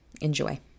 Enjoy